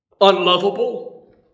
Unlovable